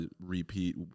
repeat